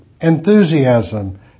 enthusiasm